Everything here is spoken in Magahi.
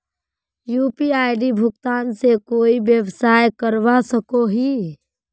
यु.पी.आई भुगतान से कोई व्यवसाय करवा सकोहो ही?